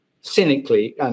cynically